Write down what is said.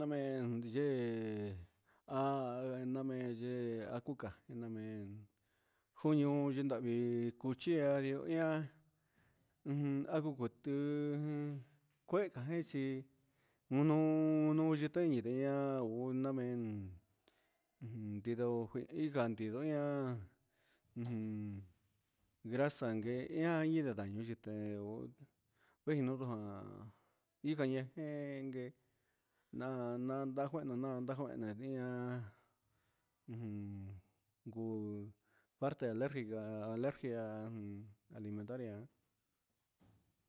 Nameen yihɨ a namee azuca cuñu yu ndahvi cuchi ia oia a jucui cuhe ji chi un nun idea gunamee chindo candi ian grasa ye ian ñi nde cuee lu ndu ja guida yee cuu vasi alegirca alergia alimentaria.